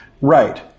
Right